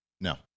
No